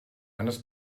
eines